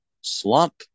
slump